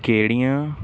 ਕਿਹੜੀਆਂ